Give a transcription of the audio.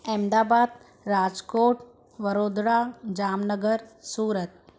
Ahmedabad Rajkot Vadodara Jamnagar Surat